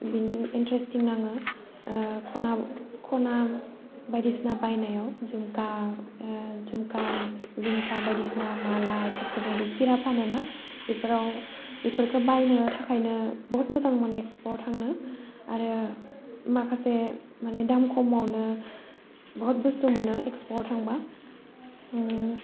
बिदिनो इन्टारेस्टिं नाङो खना खना बायदिसिना बायनायाव झुमका झुमका झुमका बायदिसिना माला बेफोरबायदि खेरा फानोना बेफोराव बेफोरखौ बायनो थाखायनो बहत मोजां मोनो एक्सप'आव थांनो आरो माखासे माने दाम खमावनो बहत बुस्तु मोनो एक्सप' आव थांबा